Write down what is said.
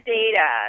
data